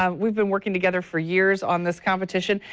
um we've been working together for years on this competition.